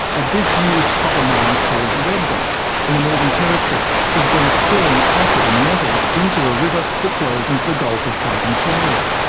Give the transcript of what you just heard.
a disused copper mine called redbank in the northern territory has been spilling acid and metals into a river that flows into the gulf of carpentaria.